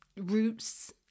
roots